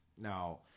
Now